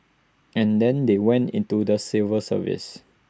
and then they went into the civil service